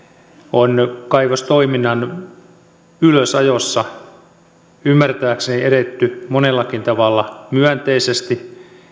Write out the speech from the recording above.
on kaivostoiminnan ylösajossa ymmärtääkseni edetty monellakin tavalla myönteisesti